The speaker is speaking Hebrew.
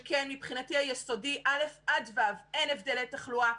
וכן, מבחינתי, היסוד, א' עד ו', אין הבדלי תחלואה.